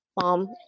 mom